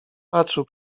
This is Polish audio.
patrzył